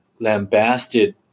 lambasted